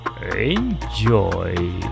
Enjoy